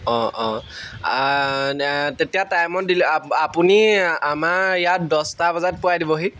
অঁ অঁ তেতিয়া টাইমত দিলে আপুনি আমাৰ ইয়াত দহটা বজাত পোৱাই দিবহি